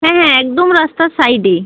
হ্যাঁ হ্যাঁ একদম রাস্তার সাইডেই